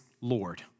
Lord